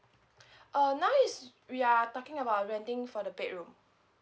uh now is we are talking about renting for the bedroom